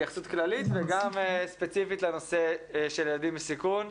התייחסות כללית וגם ספציפית לנושא של ילדים בסיכון.